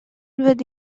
with